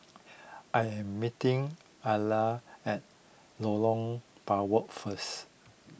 I am meeting Alia at Lorong Biawak first